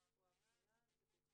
הישיבה השנייה שלנו היום בעניין פניות